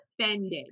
offended